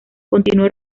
continuó